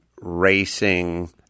racing